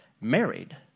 married